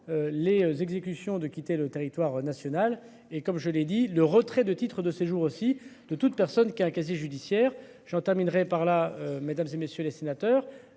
Les exécutions de quitter le territoire national et comme je l'ai dit, le retrait de titre de séjour aussi de toute personne qui a un casier judiciaire j'en terminerai par là, mesdames et messieurs les sénateurs.